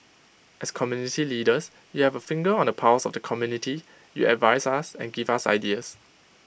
as community leaders you have A finger on the pulse of the community you advise us and give us ideas